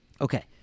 Okay